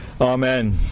Amen